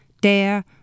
Dare